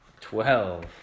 Twelve